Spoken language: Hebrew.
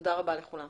תודה רבה לכולם.